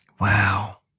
Wow